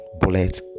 bullet